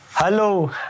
Hello